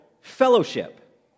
fellowship